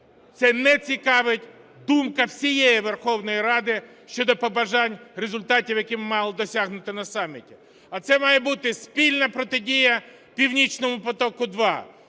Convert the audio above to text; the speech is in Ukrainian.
не цікавить думка всієї Верховної Ради щодо побажань результатів, яких ми мали досягнути на саміті. А це має бути спільна протидія "Північному потоку